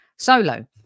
Solo